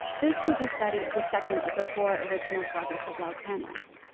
this was a study of the second of the four original progress of love panels.